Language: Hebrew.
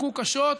הוכו קשות,